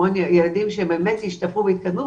המון ילדים שבאמת השתפרו והתקדמו,